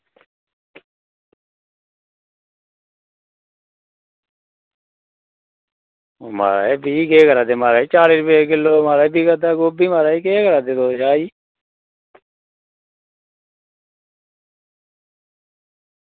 म्हाराज एह् केह् करा दे एह् म्हाराज चाली रपे किलो बिका दा गोभी शाह् जी